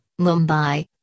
Mumbai